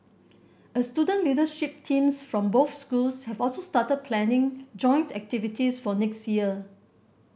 a student leadership teams from both schools have also started planning joint activities for next year